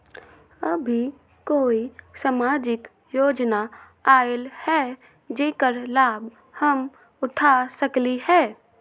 अभी कोई सामाजिक योजना आयल है जेकर लाभ हम उठा सकली ह?